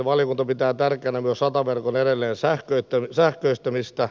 valiokunta pitää tärkeänä myös rataverkon edelleensähköistämistä